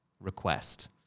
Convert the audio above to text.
request